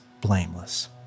blameless